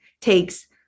takes